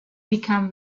become